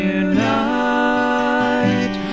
unite